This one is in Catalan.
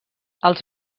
els